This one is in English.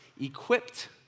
equipped